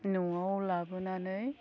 न'आव लाबोनानै